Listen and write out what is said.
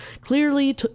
clearly